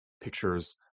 pictures